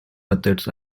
methods